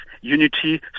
Unity